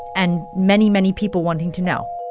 and many, many people wanting to know